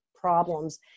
problems